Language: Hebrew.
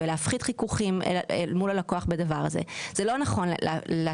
וכדי להפחית חיכוכים מול הלקוח בדבר הזה זה לא נכון יהיה